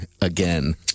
again